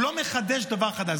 הוא לא מחדש דבר חדש.